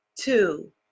Two